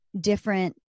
different